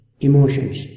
emotions